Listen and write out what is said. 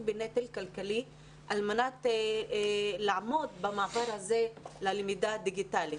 בנטל כלכלי על מנת לעמוד במעבר הזה ללמידה הדיגיטלית.